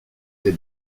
des